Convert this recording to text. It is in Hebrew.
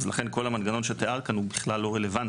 לכן כל המנגנון שתיארת כאן הוא בכלל לא רלוונטי,